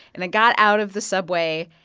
and it got out of the subway,